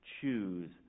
choose